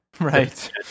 Right